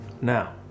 Now